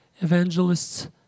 evangelists